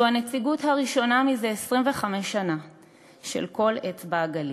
זו הנציגות הראשונה זה 25 שנים של כל אצבע-הגליל.